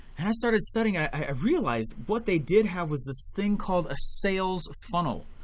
and i started studying i realized what they did have was this thing called a sales funnel.